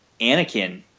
Anakin